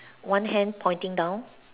one hand pointing down